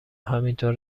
همینطور